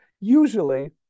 usually